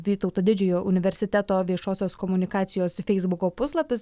vytauto didžiojo universiteto viešosios komunikacijos feisbuko puslapis